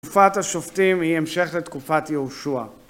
תקופת השופטים היא המשך תקופת יהושוע.